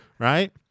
Right